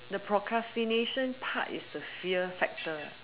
the procrastination part is the fear factor